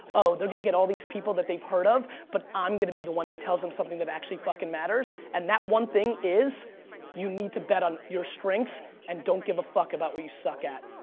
oh they're gonna get all these people that they've heard of, but i'm gonna be the one that tells them something that actually fucking matters. and that one thing is you need to bet on your strengths and don't give a fuck about what you suck at.